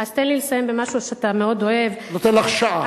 אז תן לי לסיים במשהו שאתה מאוד אוהב, על מעשה,